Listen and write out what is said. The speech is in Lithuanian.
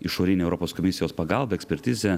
išorinę europos komisijos pagalbą ekspertizę